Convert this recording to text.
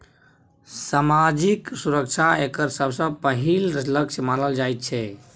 सामाजिक सुरक्षा एकर सबसँ पहिल लक्ष्य मानल जाइत छै